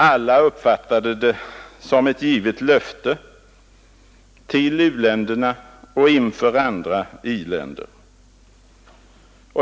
Alla uppfattade det som ett givet löfte till u-länderna och inför andra i-länder.